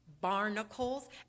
barnacles